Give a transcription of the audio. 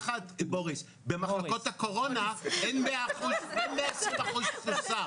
במחלקות הקורונה אין 120% תפוסה.